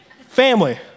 Family